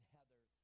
Heather